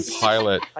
pilot